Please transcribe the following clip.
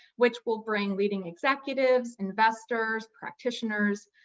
which will bring leading executives, investors, practitioners,